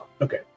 Okay